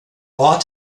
ort